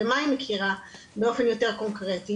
במה היא מכירה באופן יותר קונקרטי?